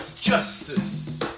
Justice